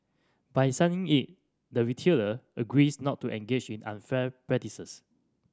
by signing it the retailer agrees not to engage in unfair practices